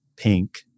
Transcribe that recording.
pink